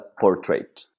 portrait